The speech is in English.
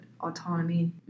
autonomy